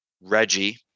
Reggie